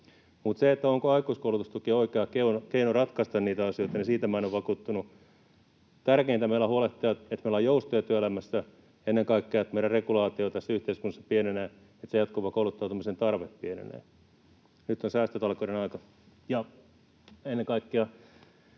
siitä, onko aikuiskoulutustuki oikea keino ratkaista niitä asioita, minä en ole vakuuttunut. Tärkeintä meillä on huolehtia, että meillä on joustoja työelämässä, ennen kaikkea, että meidän regulaatio tässä yhteiskunnassa pienenee, jotta se jatkuva kouluttautumisen tarve pienenee. Nyt on säästötalkoiden aika ja ennen kaikkea